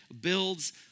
builds